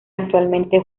actualmente